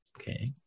Okay